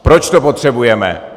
Proč to potřebujeme?